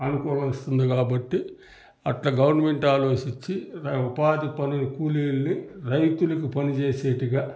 అనుకూలిస్తుంది కాబట్టి అట్ల గవర్నమెంట్ ఆలోచించి రై ఉపాధి పనులు కూలీలని రైతులకి పనిచేసేట్టుగా